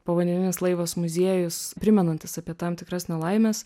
povandeninis laivas muziejus primenantis apie tam tikras nelaimes